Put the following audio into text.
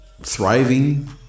thriving